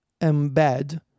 embed